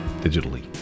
digitally